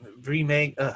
remake